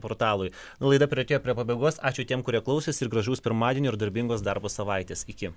portalui laida priartėjo prie pabaigos ačiū tiem kurie klausėsi ir gražaus pirmadienio ir darbingos darbo savaitės iki